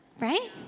Right